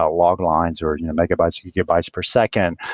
ah log lines or you know megabytes or gigabytes per second.